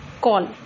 Call